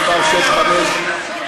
הסמים המסוכנים (החזקה או שימוש לצריכה עצמית),